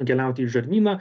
nukeliauti į žarnyną